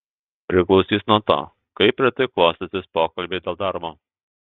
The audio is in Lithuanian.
priklausys nuo to kaip rytoj klostysis pokalbiai dėl darbo